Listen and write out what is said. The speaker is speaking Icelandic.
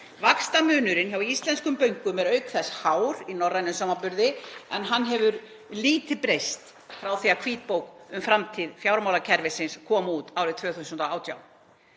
Vaxtamunurinn hjá íslenskum bönkum er auk þess hár í norrænum samanburði, en hann hefur lítið breyst frá því að hvítbók um framtíð fjármálakerfisins kom út árið 2018.